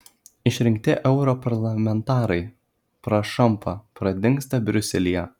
išrinkti europarlamentarai prašampa pradingsta briuselyje